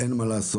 אין מה לעשות,